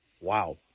Wow